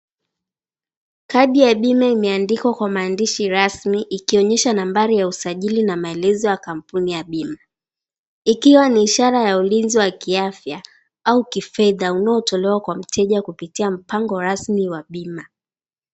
Kadi ya bima imeandikwa kwa maandishi rasmi ikionyesha nambari ya usajili na maelezo ya kampuni ya bima. Ikiwa ni ishara ya ulinzi wa kiafya au kifedha unaotolewa kwa mtenja kupitia mpango rasmi wa bima.